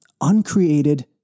uncreated